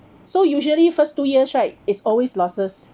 so usually first two years right is always losses